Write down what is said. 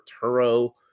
Turo